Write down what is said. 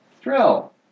Drill